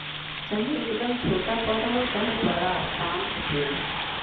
चाहे एकदम छोटा पौधा हो चाहे बड़ा पाम क पेड़